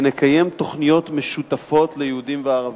נקיים תוכניות משותפות ליהודים ולערבים.